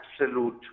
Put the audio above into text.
absolute